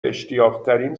اشتیاقترین